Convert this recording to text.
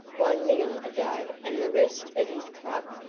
one meal a day and the rest at his club,